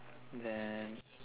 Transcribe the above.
then